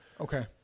Okay